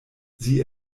sie